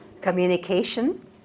communication